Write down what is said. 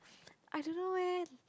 I don't know when